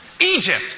Egypt